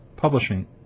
Publishing